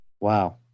Wow